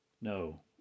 No